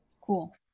Cool